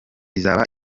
izaba